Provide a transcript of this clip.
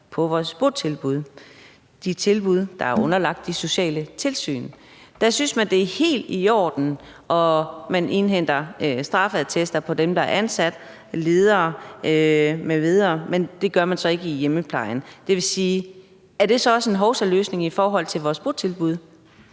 til vores botilbud – de tilbud, der er underlagt de sociale tilsyn. Der synes man, det er helt i orden at indhente straffeattester på dem, der er ansat, ledere m.v., men det gør man så ikke i hjemmeplejen. Er det så også en hovsaløsning i forhold til vores botilbud?